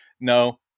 No